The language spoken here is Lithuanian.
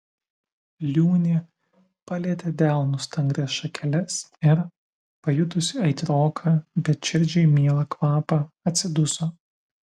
liūnė palietė delnu stangrias šakeles ir pajutusi aitroką bet širdžiai mielą kvapą atsiduso